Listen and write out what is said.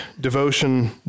devotion